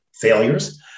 failures